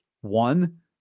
One